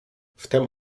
wtem